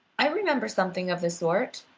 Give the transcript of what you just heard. i remember something of the sort,